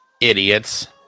Idiots